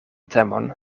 temon